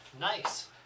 nice